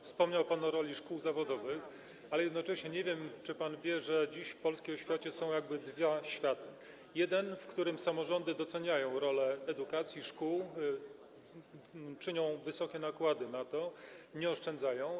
Wspomniał pan o roli szkół zawodowych, ale jednocześnie nie wiem, czy pan wie, że dziś w polskiej oświacie są dwa światy: jeden, w którym samorządy doceniają rolę edukacji, szkół, czynią na to wysokie nakłady, nie oszczędzają.